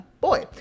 boy